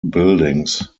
buildings